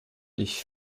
ich